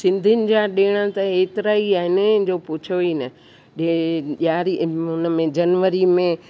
सिंधीयुनि जा ॾिण त एतिरा ई आहिनि जो पुछो ई न हे ॾियारी हुनमें जनवरी में